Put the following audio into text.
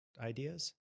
ideas